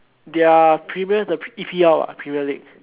they are premier the E_P_L ah premier league